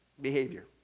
behavior